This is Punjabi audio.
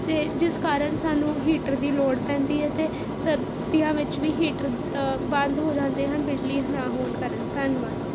ਅਤੇ ਜਿਸ ਕਾਰਨ ਸਾਨੂੰ ਹੀਟਰ ਦੀ ਲੋੜ ਪੈਂਦੀ ਹੈ ਅਤੇ ਸਰਦੀਆਂ ਵਿੱਚ ਵੀ ਹੀਟਰ ਬੰਦ ਹੋ ਜਾਂਦੇ ਹਨ ਬਿਜਲੀ ਨਾ ਹੋਣ ਕਾਰਨ ਧੰਨਵਾਦ